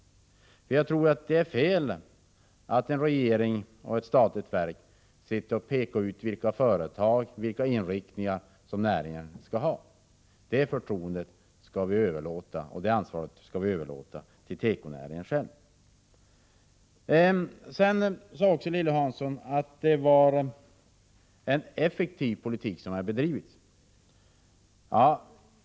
Jag tror att det är fel att en regering och ett statligt verk pekar ut vilka företag som skall utvecklas och vilken inriktning näringen skall ha. Det förtroendet och det ansvaret skall vi överlåta till tekonäringen själv. Lilly Hansson sade att det var en effektiv politik som hade bedrivits.